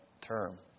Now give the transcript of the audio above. term